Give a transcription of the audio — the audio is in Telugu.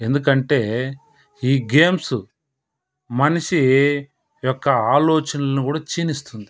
ఎందుకంటే ఈ గేమ్స్ మనిషి యొక్క ఆలోచనలను కూడా క్షిణిస్తుంది